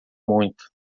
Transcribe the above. muito